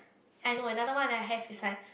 I know another one that I have is like